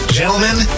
gentlemen